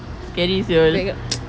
scary [siol]